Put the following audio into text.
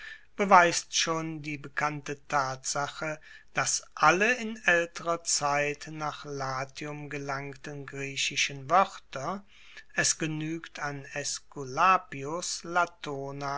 beweist schon die bekannte tatsache dass alle in aelterer zeit nach latium gelangten griechischen woerter es genuegt an aesculapius latona